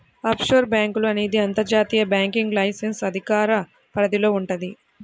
offshore బ్యేంకులు అనేది అంతర్జాతీయ బ్యాంకింగ్ లైసెన్స్ అధికార పరిధిలో వుంటది